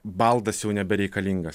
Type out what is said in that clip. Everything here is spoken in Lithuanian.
baldas jau nebereikalingas